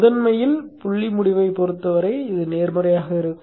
முதன்மையில் புள்ளி முடிவைப் பொறுத்தவரை நேர்மறையானது